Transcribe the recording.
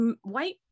white